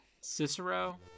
Cicero